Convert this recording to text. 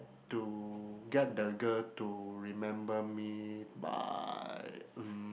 to get the girl to remember me by mm